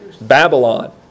Babylon